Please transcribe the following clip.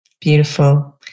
Beautiful